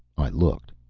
i looked.